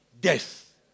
death